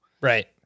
Right